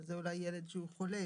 אבל זה אולי ילד שהוא חולה.